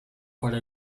para